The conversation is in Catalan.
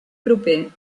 proper